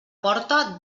porta